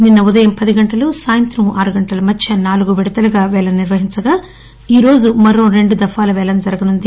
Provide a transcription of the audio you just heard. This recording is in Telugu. నిన్న ఉదయం పది గంటలు సాయంత్రం ఆరు గంటల మధ్య నాలుగు విడతలుగా పేలం నిర్వహించగా ఈ రోజు మరో రెండు దఫాల పేలం జరగనుంది